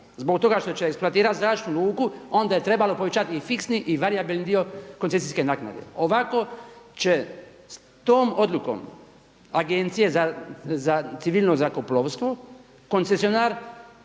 zbog toga što će eksploatirati zračnu luku onda je trebalo povećati i fiksni i varijabilni dio koncesijske naknade. Ovako će tom odlukom Agencije za civilno zrakoplovstvo koncesionar